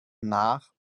nach